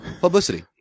Publicity